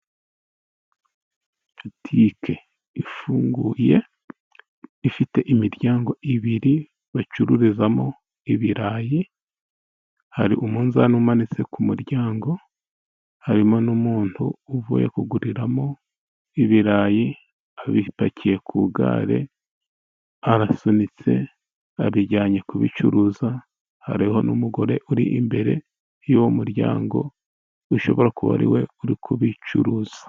Butike ifunguye, ifite imiryango ibiri bacururizamo ibirayi, hari umunzani umanitse ku muryango, harimo n'umuntu uvuye kuguriramo ibirayi, abipakiye ku igare, arasunitse, babijyanye kubicuruza, hariho n'umugore uri imbere y'uwo muryango, ushobora kuba ari we uri kubicuruza.